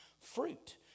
fruit